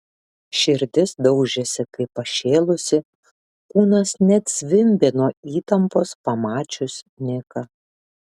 širdis daužėsi kaip pašėlusi kūnas net zvimbė nuo įtampos pamačius niką